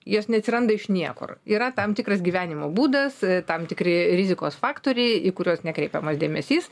jos neatsiranda iš niekur yra tam tikras gyvenimo būdas tam tikri rizikos faktoriai į kuriuos nekreipiamas dėmesys